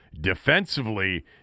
Defensively